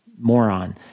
moron